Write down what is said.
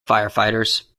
firefighters